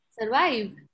survive